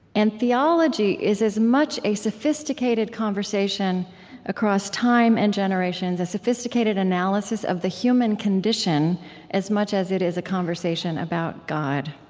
and theology is as much a sophisticated conversation across time and generations, a sophisticated analysis of the human condition as much as it is a conversation about god.